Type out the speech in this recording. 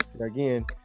again